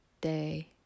day